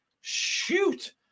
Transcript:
shoot